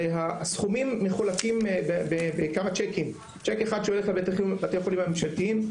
הרי הסכומים מחולקים בכמה צ'קים: צ'ק אחד שהולך לבתי החולים הממשלתיים,